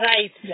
Right